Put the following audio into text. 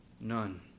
None